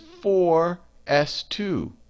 4s2